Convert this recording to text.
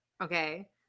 Okay